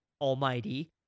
almighty